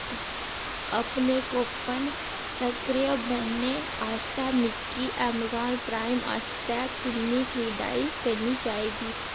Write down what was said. अपने कूपन सक्रिय बनने आस्तै मिकी अमेजान प्राइम आस्तै किन्नी खरीदारी करनी चाहिदी